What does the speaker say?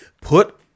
put